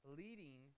leading